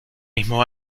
mismo